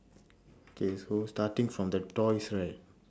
okay so starting from the toys right